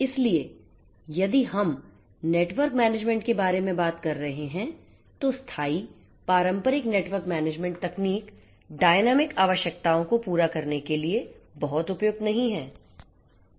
इसलिए यदि हम नेटवर्क मैनेजमेंट के बारे में बात कर रहे हैं तो स्थाई पारंपरिक नेटवर्क मैनेजमेंट तकनीक डायनामिक आवश्यकताओं को पूरा करने के लिए बहुत उपयुक्त नहीं हैं